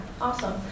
awesome